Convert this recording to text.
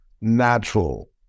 natural